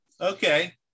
okay